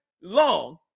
long